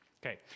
Okay